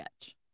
sketch